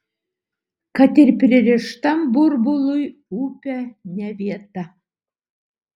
kad ir pririštam burbului upė ne vieta